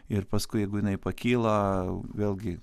ir paskui jeigu jinai pakyla vėlgi